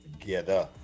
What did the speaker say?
together